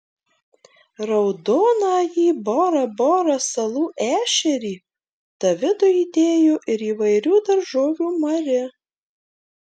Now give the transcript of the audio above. raudonąjį bora bora salų ešerį davidui įdėjo ir įvairių daržovių mari